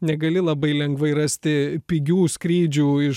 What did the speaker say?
negali labai lengvai rasti pigių skrydžių iš